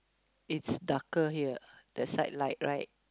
it's darker here the side light right